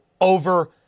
over